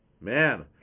man